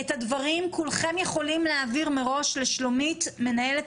כולכם יכולים להעביר את הדברים מראש לשלומית מנהלת